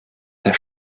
der